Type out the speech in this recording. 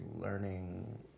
learning